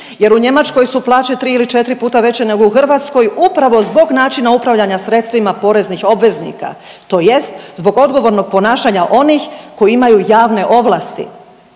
jer u Njemačkoj su plaće 3 ili 4 puta veće nego u Hrvatskoj upravo zbog načina upravljanja sredstvima poreznih obveznika tj. zbog odgovornog ponašanja onih koji imaju javne ovlasti.